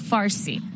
Farsi